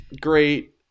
great